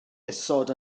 isod